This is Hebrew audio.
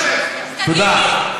תודה.